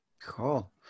Cool